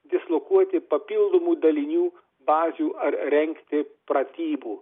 dislokuoti papildomų dalinių bazių ar rengti pratybų